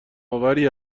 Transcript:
آوری